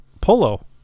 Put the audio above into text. polo